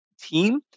team